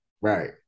Right